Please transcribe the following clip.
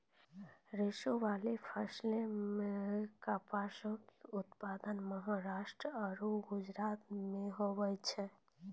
रेशाबाला फसलो मे कपासो के उत्पादन महाराष्ट्र आरु गुजरातो मे होय छै